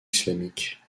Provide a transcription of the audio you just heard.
islamiques